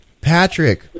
patrick